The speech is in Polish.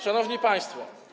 Szanowni Państwo!